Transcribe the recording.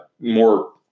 more